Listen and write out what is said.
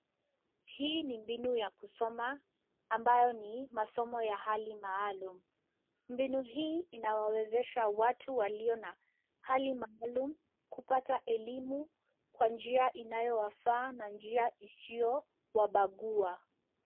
Hii ni mbinu ya kusoma ambayo ni masomo ya hali maalum. Mbinu hii inawawezesha watu walio na hali maalum kupata elimu kwa njia inayowafaa na njia isiyowabagua.